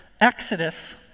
Exodus